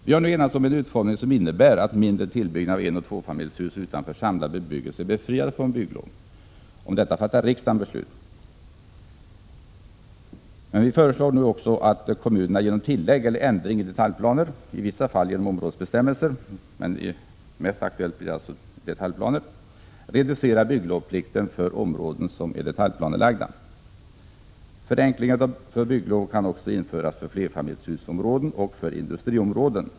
Vi har nu enats om en utformning som innebär att mindre tillbyggnader av enoch tvåfamiljshus utanför samlad bebyggelse är befriade från bygglov. Om detta fattar riksdagen beslut. Men vi föreslår nu också att kommunerna genom tillägg eller ändring i detaljplaner —i vissa fall genom områdesbestämmelser, men mest aktuellt blir alltså detaljplaner — reducerar bygglovsplikten för områden som är detaljplanelagda. Förenklingen av bygglov kan också införas för flerfamiljshusområden och för industriområden.